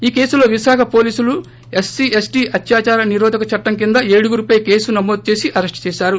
ఈ కేసులో విశాఖ పోలీసులు ఎస్సీ ఎస్టీ అత్యాదార నిరోధక చట్టం కింద ఏడుగురిపై కేసు నమోదుచేసి అరెస్టు చేశారు